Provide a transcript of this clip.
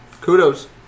kudos